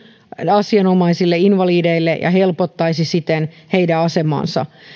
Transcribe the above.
asianomaisille invalideille ja helpottaisi siten heidän asemaansa